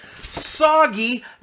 Soggy